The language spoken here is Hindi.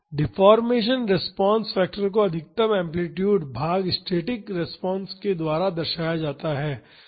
डिफ़ॉर्मेशन रिस्पांस फैक्टर को अधिकतम एम्पलीटूड भाग स्टैटिक रिस्पांस के द्वारा दर्शाया जाता है